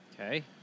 Okay